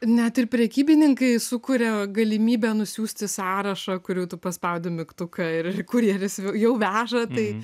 net ir prekybininkai sukuria galimybę nusiųsti sąrašą kur jau tu paspaudi mygtuką ir ir kurjeris jau veža tai